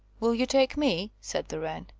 will you take me? said the wren.